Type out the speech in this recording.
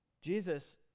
Jesus